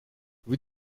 vous